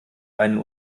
einen